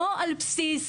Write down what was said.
לא על בסיס